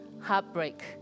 heartbreak